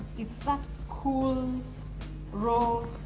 it's that cool roll